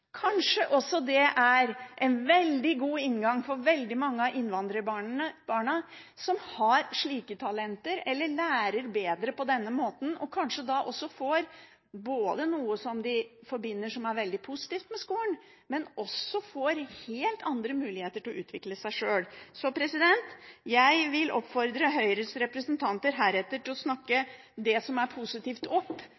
Kanskje er det en veldig god inngang for veldig mange av innvandrerbarna som har slike talent, eller som lærer bedre på denne måten, og kanskje får de slik både noe som de forbinder positivt med skolen, og noen helt andre muligheter til å utvikle seg. Jeg vil oppfordre Høyres representanter til heretter å snakke